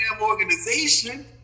organization